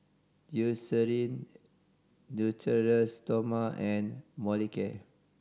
Eucerin Natura Stoma and Molicare